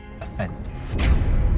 offend